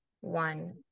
one